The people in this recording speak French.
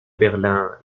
berlin